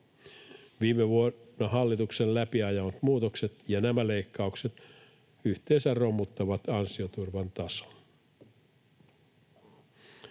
Viime vuonna hallituksen läpi ajamat muutokset ja nämä leikkaukset yhteensä romuttavat ansioturvan tason.